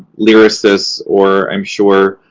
lyrasis or i'm sure